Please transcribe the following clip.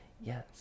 Yes